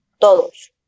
todos